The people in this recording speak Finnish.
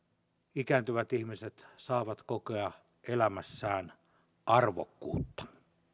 ikääntyvät ihmiset saavat kokea elämässään arvokkuutta